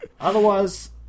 Otherwise